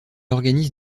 organise